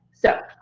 so